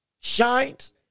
shines